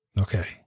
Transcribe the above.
Okay